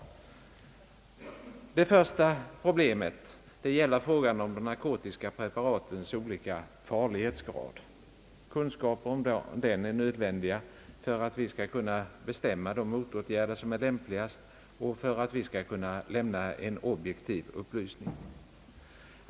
Det första problemet gäller de narkotiska preparatens olika farlighetsgrad. Kunskaper därom är nödvändiga för att vi skall kunna bestämma vilka motåtgärder som är lämpliga och för att vi skall kunna lämna en objektiv upplysning.